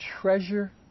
treasure